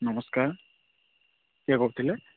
ନମସ୍କାର କିଏ କହୁଥିଲେ